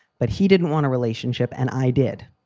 but he didn't want a relationship. and i did.